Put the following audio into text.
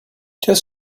qu’est